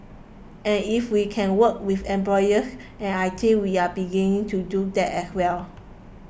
and if we can work with employers and I think we're beginning to do that as well